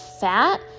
fat